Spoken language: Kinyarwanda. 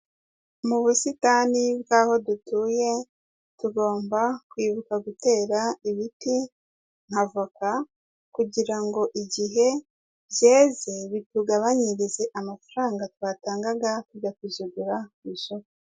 Mu busitani bw'aho dutuye tugomba kwibuka gutera ibiti nka avoka kugira ngo igihe byeze bitugabanyirize amafaranga twatangaga tujya kuzigura ku isoko.